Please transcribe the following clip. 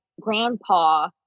grandpa